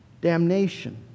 damnation